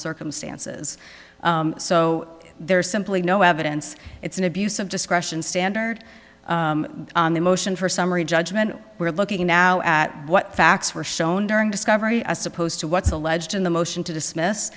circumstances so there's simply no evidence it's an abuse of discretion standard on the motion for summary judgment we're looking now at what facts were shown during discovery as opposed to what's alleged in the motion to dismiss